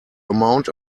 amount